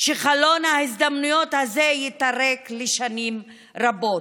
שחלון ההזדמנויות הזה ייטרק לשנים רבות.